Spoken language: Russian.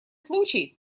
случай